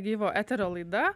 gyvo eterio laida